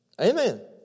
Amen